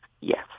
yes